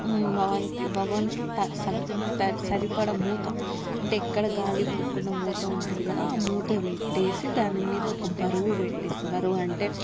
బగవన్ బగవన్కి సరిపడా మూత అంటే ఎక్కడ గాలి పోకుండా మూత ఉంటుంది కదా ఆ మూత పెట్టేసి దానిమీద ఒక బరువు పెట్టేసి బరువంటే